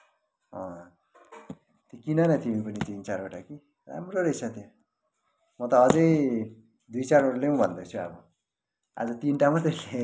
किन न तिमी पनि तिन चारवटा कि राम्रो रहेछ त्यहाँ म त अझै दुई चारवटा ल्याउँ भन्दैछु अब आज तिनवटा मात्र ल्याएँ हो